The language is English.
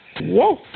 Yes